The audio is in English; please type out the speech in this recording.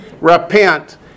Repent